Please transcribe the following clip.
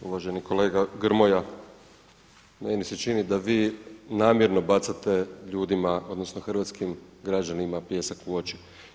Uvaženi kolega Grmoja, meni se čini da vi namjerno bacate ljudima, odnosno hrvatskim građanima pijesak u oči.